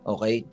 Okay